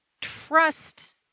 trust